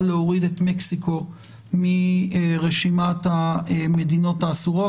להוריד את מקסיקו מרשימת המדינות האסורות.